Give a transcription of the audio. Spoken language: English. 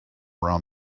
around